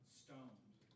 stoned